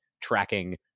tracking